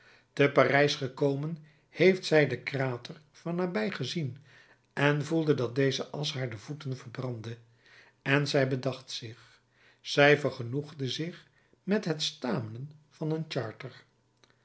te parijs gekomen heeft zij den krater van nabij gezien en voelde dat deze asch haar de voeten verbrandde en zij bedacht zich zij vergenoegde zich met het stamelen van een charter